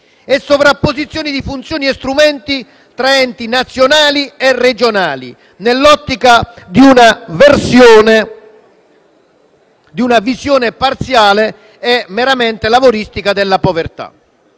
a sovrapposizioni di funzioni e strumenti tra enti nazionali e regionali, nell'ottica di una visione parziale e meramente "lavoristica" della povertà.